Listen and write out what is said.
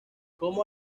como